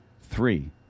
three